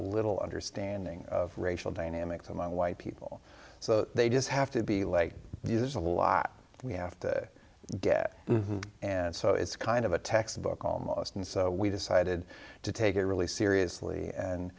little understanding of racial dynamics among white people so they just have to be like there's a lot we have to get and so it's kind of a textbook almost and so we decided to take it really seriously and